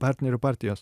partnerio partijos